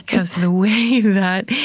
because the way that,